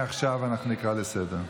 מעכשיו אנחנו נקרא לסדר.